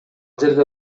жерде